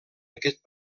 aquest